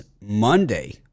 Monday